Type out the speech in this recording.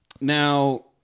now